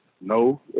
No